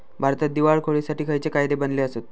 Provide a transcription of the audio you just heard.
भारतात दिवाळखोरीसाठी खयचे कायदे बनलले आसत?